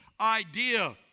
idea